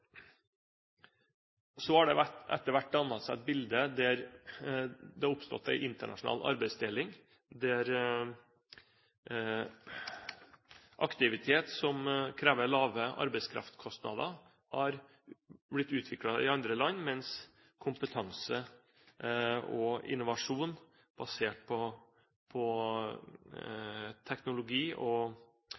Det har etter hvert dannet seg et bilde av en internasjonal arbeidsdeling der aktivitet som krever lave arbeidskraftkostnader, har blitt utviklet i andre land, mens kompetanse og innovasjon basert på teknologi og